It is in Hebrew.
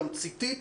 תמציתית,